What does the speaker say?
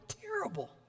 terrible